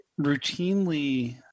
routinely